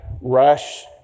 rush